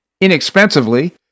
inexpensively